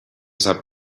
sap